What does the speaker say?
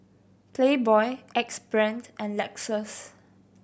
Playboy Axe Brand and Lexus